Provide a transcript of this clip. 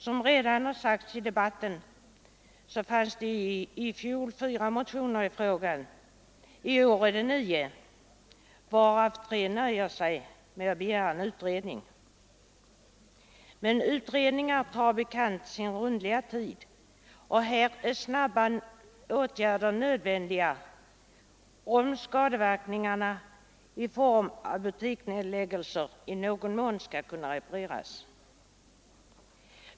Som redan har sagts i debatten förelåg det i fjol fyra motioner i frågan — i år är det nio, varav man i tre nöjer sig med att begära en utredning. Men utredningar tar som bekant sin rundliga tid, och här är snabba åtgärder nödvändiga om skadeverkningarna i form av butiksnedläggelser i någon mån skall kunna repareras.